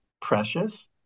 precious